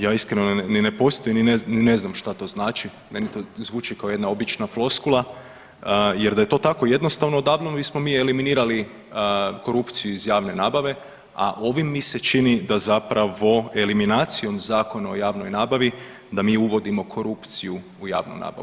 Ja iskreno, ni ne postoji, ni ne znam što to znači, meni to zvuči kao jedna obična floskula, jer da je to tako jednostavno odavno bismo mi eliminirali korupciju iz javne nabave, a ovim mi se čini da zapravo eliminacijom Zakona o javnoj nabavi da mi uvodimo korupciju u javnu nabavu.